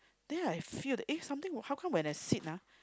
then I feel that eh how come when I sit ah